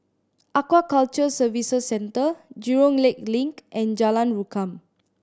Aquaculture Services Centre Jurong Lake Link and Jalan Rukam